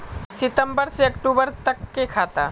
सितम्बर से अक्टूबर तक के खाता?